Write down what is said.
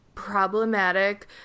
Problematic